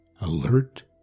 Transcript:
Alert